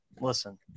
listen